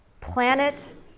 Planet